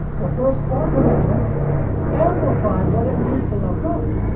the first four commandments amplify what it means to love god.